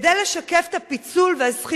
כדי לשקף את הפיצול והזחיחות,